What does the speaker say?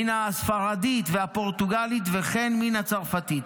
מן הספרדית והפורטוגלית וכן מן הצרפתית.